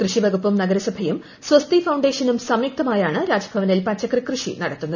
കൃഷി വകുപ്പും നഗരസഭയും സ്വസ്തി ഫൌണ്ടേഷനും സംയുക്തമായാണ് രാജ്ഭവനിൽ പച്ചക്കറി കൃഷി നടത്തുന്നത്